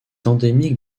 endémique